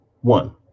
One